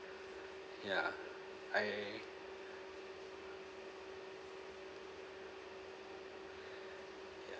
ya I ya